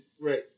Right